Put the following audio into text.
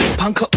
punk